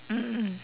mm mm